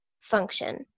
function